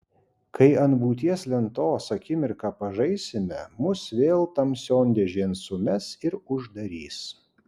kai ant būties lentos akimirką pažaisime mus vėl tamsion dėžėn sumes ir uždarys